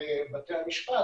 לבתי המשפט